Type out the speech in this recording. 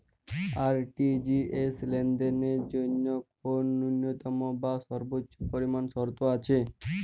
RTGS লেনদেনের জন্য কোন ন্যূনতম বা সর্বোচ্চ পরিমাণ শর্ত আছে?